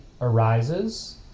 arises